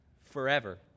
forever